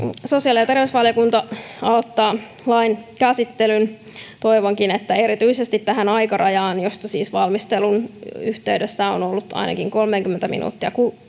sosiaali ja terveysvaliokunta aloittaa lain käsittelyn toivonkin että erityisesti tähän aikarajaan josta siis valmistelun yhteydessä on ollut ainakin kolmeakymmentä minuuttia